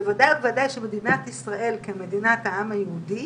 בוודאי ובוודאי שמדינת ישראל כמדינת העם היהודי